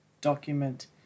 document